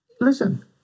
Listen